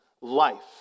life